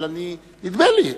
אבל נדמה לי.